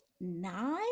nine